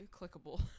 clickable